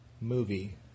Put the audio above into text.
movie